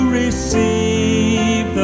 receive